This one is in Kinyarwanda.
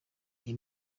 iyi